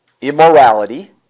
immorality